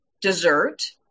dessert